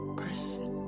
person